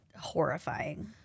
horrifying